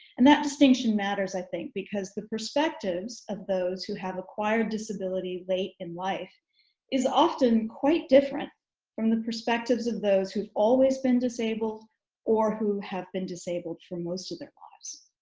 and that distinction matters i think because the perspectives of those who have acquired disability late in life is often quite different from the perspectives of those who've always been disabled or who have been disabled for most of their lives.